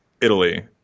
Italy